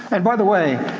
and by the way,